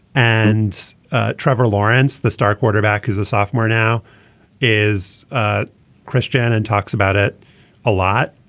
and trevor lawrence the star quarterback is a sophomore now is ah christiane and talks about it a lot.